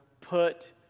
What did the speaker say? put